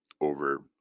over